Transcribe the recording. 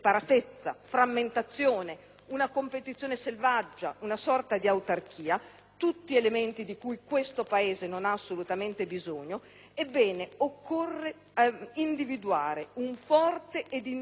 una competizione selvaggia e una sorta di autarchia (tutti elementi di cui questo Paese non ha assolutamente bisogno), occorre individuare un forte ed innovato ruolo dello Stato.